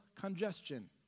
congestion